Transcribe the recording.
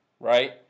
right